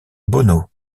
bono